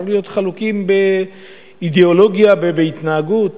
מותר להיות חלוקים באידיאולוגיה ובהתנהגות.